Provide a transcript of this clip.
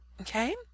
Okay